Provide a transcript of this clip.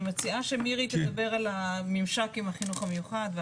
אני מציעה שמירי תדבר על הממשק עם החינוך המיוחד.